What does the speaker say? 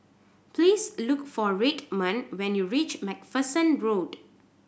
please look for Redmond when you reach Macpherson Road